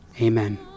Amen